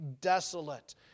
desolate